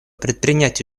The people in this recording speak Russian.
предпринять